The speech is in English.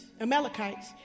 Amalekites